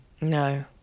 No